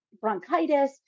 bronchitis